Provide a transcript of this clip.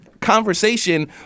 conversation